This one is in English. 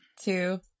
two